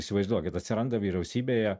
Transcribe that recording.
įsivaizduokit atsiranda vyriausybėje